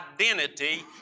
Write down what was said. identity